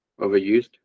Overused